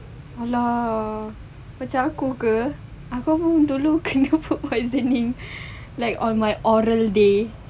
!alah! macam aku ke aku pun dulu kena food poisoning like on my oral day